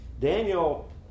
Daniel